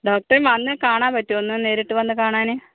ഡോക്റ്ററേ വന്ന് കാണാൻ പറ്റുമോ ഒന്ന് നേരിട്ട് വന്ന് കാണാന്